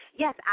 Yes